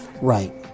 Right